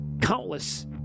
countless